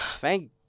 Thank